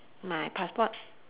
my passport